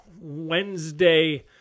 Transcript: Wednesday